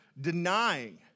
denying